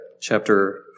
chapter